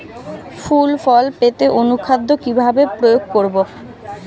ফুল ফল পেতে অনুখাদ্য কিভাবে প্রয়োগ করব?